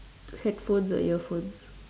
headphones or earphones